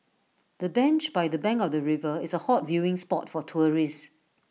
the bench by the bank of the river is A hot viewing spot for tourists